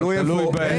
תלוי איפה.